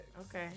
Okay